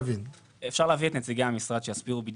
אפשר להביא את נציגי המשרד שיסבירו,